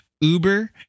Uber